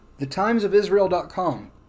TheTimesOfIsrael.com